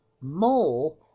more